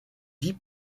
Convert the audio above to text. dix